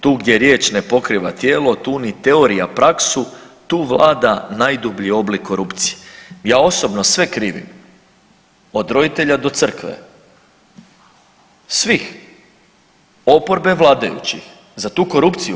Tu gdje riječ ne pokriva tijelo tu ni teorija praksu, tu vlada najdublji oblik korupcije.“ Ja osobno sve krivim od roditelja do Crkve, svih oporbe, vladajućih za tu korupciju.